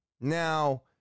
now